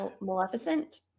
Maleficent